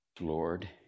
Lord